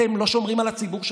אתם לא שומרים על הציבור שלכם.